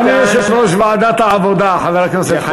אדוני יושב-ראש ועדת העבודה חבר הכנסת חיים כץ.